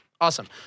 awesome